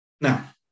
Now